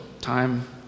time